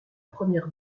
première